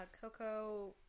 Coco